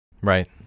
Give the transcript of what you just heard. Right